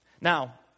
now